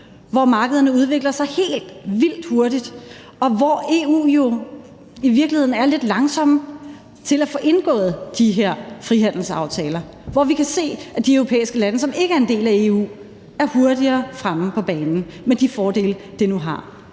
hvor markederne udvikler sig helt vildt hurtigt, og hvor EU jo i virkeligheden er lidt langsomme til at få indgået de her frihandelsaftaler, og hvor vi kan se, at de europæiske lande, som ikke er en del af EU, er hurtigere fremme på banen med de fordele, det nu har.